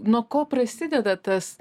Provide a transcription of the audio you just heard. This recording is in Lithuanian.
nuo ko prasideda tas